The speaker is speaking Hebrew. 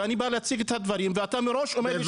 ואני בא להציג את הדברים ואתה אומר לי מראש שתי דקות ושלוש דקות.